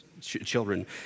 children